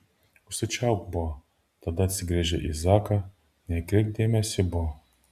užsičiaupk bo tada atsigręžė į zaką nekreipk dėmesio į bo